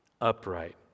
upright